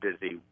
busy